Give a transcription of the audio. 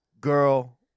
Girl